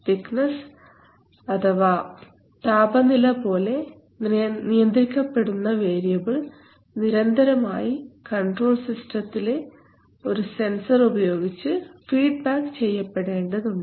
thickness അഥവാ താപനില പോലെ നിയന്ത്രിക്കപ്പെടുന്ന വേരിയബിൾ നിരന്തരമായി കൺട്രോൾ സിസ്റ്റത്തിലെ ഒരു സെൻസർ ഉപയോഗിച്ചു ഫീഡ്ബാക്ക് ചെയ്യപ്പെടേണ്ടതുണ്ട്